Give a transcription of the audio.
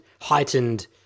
heightened